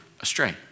astray